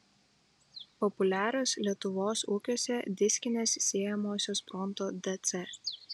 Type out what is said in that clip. populiarios lietuvos ūkiuose diskinės sėjamosios pronto dc